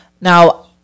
Now